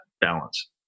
balance